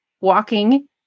walking